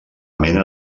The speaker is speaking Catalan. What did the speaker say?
mena